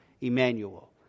Emmanuel